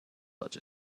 such